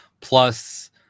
plus